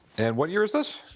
and what year is this?